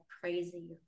crazy